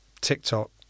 TikTok